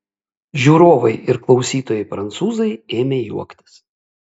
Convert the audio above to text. žiūrovai ir klausytojai prancūzai ėmė juoktis